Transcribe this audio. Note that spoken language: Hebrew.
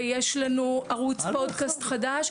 ויש לנו ערוץ חדש,